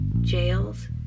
jails